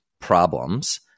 problems